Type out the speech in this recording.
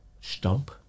stump